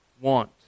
want